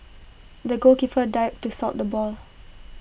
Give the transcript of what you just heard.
the goalkeeper dived to stop the ball